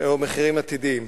או מחירים עתידיים.